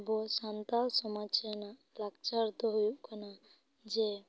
ᱟᱵᱚ ᱥᱟᱱᱛᱟᱲ ᱥᱚᱢᱟᱡᱽ ᱨᱮᱱᱟᱜ ᱞᱟᱠᱪᱟᱨ ᱫᱚ ᱦᱩᱭᱩᱜ ᱠᱟᱱᱟ ᱡᱮ